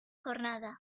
jornada